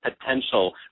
potential